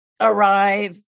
arrive